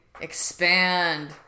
expand